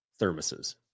thermoses